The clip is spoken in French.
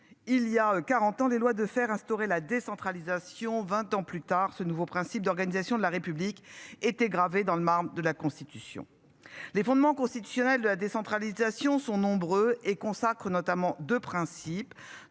il y a 40 ans, les lois de faire instaurer la décentralisation. 20 ans plus tard, ce nouveau principe d'organisation de la République était gravé dans le marbre de la Constitution. Les fondements constitutionnels de la décentralisation sont nombreux et consacrent notamment de principe.